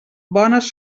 bones